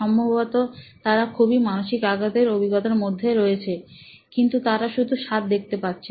সম্ভবত তারা খুবই মানসিক আঘাতের অভিজ্ঞতার মধ্যে রয়েছে কিন্তু তারা শুধু ছাদ দেখতে পাচ্ছে